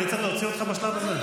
אני אצטרך להוציא אותך בשלב הזה?